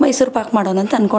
ಮೈಸೂರು ಪಾಕ್ ಮಾಡೋಣಂತ ಅಂದ್ಕೊಂಡೆ